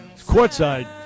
courtside